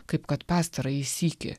kaip kad pastarąjį sykį